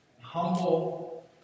humble